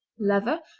leather,